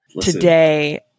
today